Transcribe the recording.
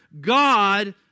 God